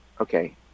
okay